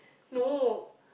no